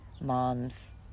moms